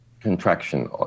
contraction